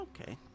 Okay